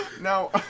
Now